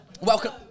Welcome